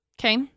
Okay